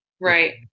right